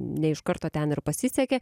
ne iš karto ten ir pasisekė